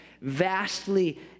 vastly